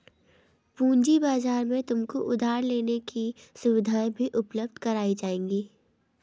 पूँजी बाजार में तुमको उधार लेने की सुविधाएं भी उपलब्ध कराई जाएंगी